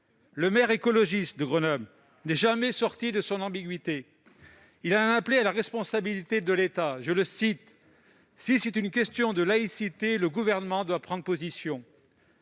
Le maire écologiste de Grenoble n'est jamais sorti de son ambiguïté et il en a appelé à la responsabilité de l'État, déclarant :« Si c'est une question de laïcité, le Gouvernement doit prendre position. »